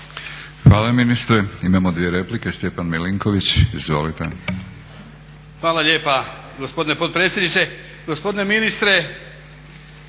Hvala ministre. Imamo dvije replike. Stjepan Milinković. **Milinković, Stjepan (HDZ)** Hvala lijepa gospodine potpredsjedniče. Gospodine ministre